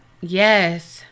Yes